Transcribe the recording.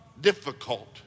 difficult